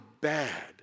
bad